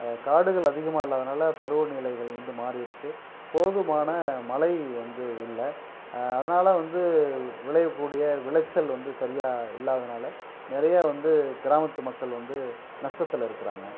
காடுகள் அதிகமாக இல்லாதனால் பருவநிலைகள் வந்து மாறிருக்குது போதுமான மலை வந்து இல்லை அதனால வந்து விளையக்கூடிய விளைச்சல் வந்து சரியா இல்லாதனால் நிறைய வந்து கிராமத்து மக்கள் வந்து நஷ்டத்தில் இருக்கிறாங்க